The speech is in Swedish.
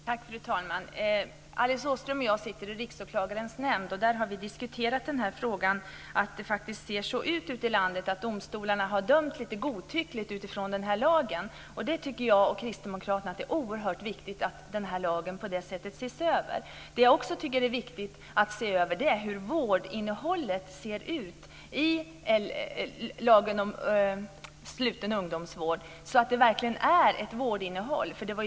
Fru talman! Alice Åström och jag sitter i riksåklagarens nämnd. Där har vi diskuterat frågan att det ute i landet faktiskt ser ut som om domstolarna har dömt litet godtyckligt utifrån den här lagen. Jag och Kristdemokraterna tycker att det är oerhört viktigt att lagen ses över. Jag tycker också att det är viktigt att se över hur vårdinnehållet ser ut i lagen om sluten ungdomsvård, så att det verkligen är ett vårdinnehåll.